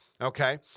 Okay